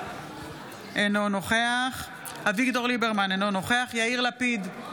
אינו נוכח אביגדור ליברמן, אינו נוכח יאיר לפיד,